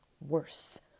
worse